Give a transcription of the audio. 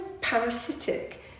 parasitic